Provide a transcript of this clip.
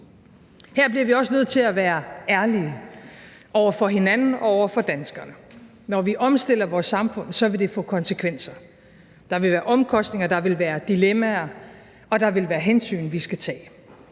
Her bliver vi også nødt til at være ærlige over for hinanden og over for danskerne: Når vi omstiller vores samfund, vil det få konsekvenser. Der vil være omkostninger, der vil være dilemmaer, og der vil være hensyn, vi skal tage,